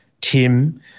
Tim